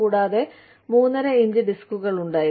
കൂടാതെ ഞങ്ങൾക്ക് 3 12 ഇഞ്ച് ഡിസ്കുകൾ ഉണ്ടായിരുന്നു